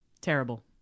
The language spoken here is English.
Terrible